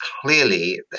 clearly